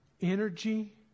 energy